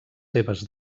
seves